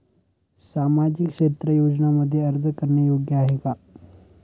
सामाजिक क्षेत्र योजनांमध्ये अर्ज करणे योग्य आहे का?